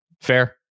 Fair